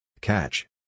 Catch